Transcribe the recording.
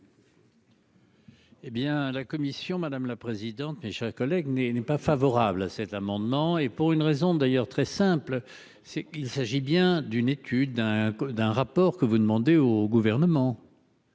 Eh bien, la commission, madame la présidente, mes chers collègues, n'est n'est pas favorable à cet amendement et pour une raison d'ailleurs très simple, c'est qu'il s'agit bien d'une étude d'un d'un rapport que vous demandez au gouvernement.